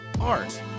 art